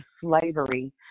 slavery